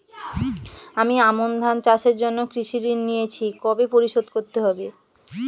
আমি আমন ধান চাষের জন্য কৃষি ঋণ নিয়েছি কবে পরিশোধ করতে হবে?